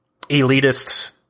elitist